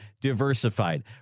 diversified